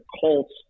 Colts